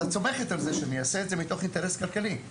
את סומכת על לזה שאני אעשה את זה מתוך אינטרס כלכלי.